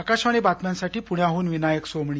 आकाशवाणी बातम्यांसाठी पुण्याहन विनायक सोमणी